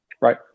right